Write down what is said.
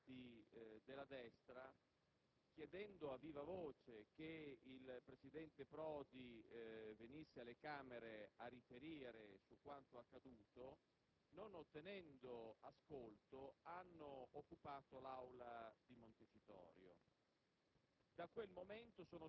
I deputati de «La Destra», chiedendo a viva voce che il presidente Prodi venisse alle Camere a riferire su quanto accaduto, non ottenendo ascolto hanno occupato l'Aula di Montecitorio.